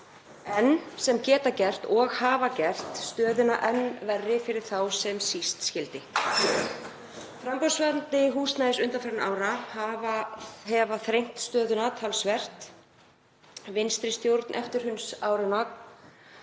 en sem geta gert og hafa gert stöðuna enn verri fyrir þá sem síst skyldi. Framboðsvandi húsnæðis undanfarinna ára hefur þrengt stöðuna talsvert. Vinstri stjórn eftirhrunsáranna